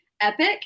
epic